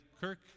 Kirk